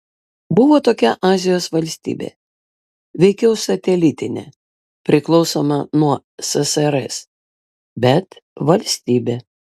buvo tokia azijos valstybė veikiau satelitinė priklausoma nuo ssrs bet valstybė